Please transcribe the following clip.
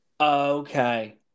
Okay